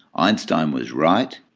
einstein was right,